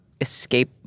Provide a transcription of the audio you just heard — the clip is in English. escape